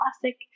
classic